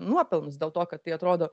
nuopelnus dėl to kad tai atrodo